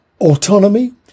autonomy